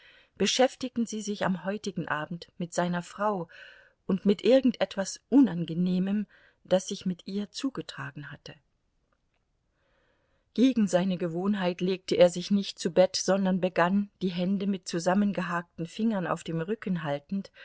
beschäftigten sie sich am heutigen abend mit seiner frau und mit irgend etwas unangenehmem das sich mit ihr zugetragen hatte gegen seine gewohnheit legte er sich nicht zu bett sondern begann die hände mit zusammengehakten fingern auf dem rücken haltend